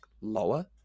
lower